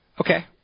Okay